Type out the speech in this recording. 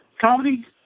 Comedy